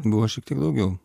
buvo šiek tiek daugiau